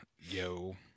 Yo